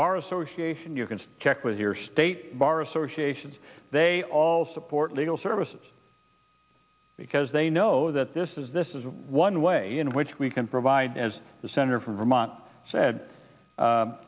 bar association you can check with your state bar associations they all support legal services because they know that this is this is one way in which we can provide as the senator from vermont said